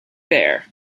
there